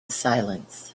silence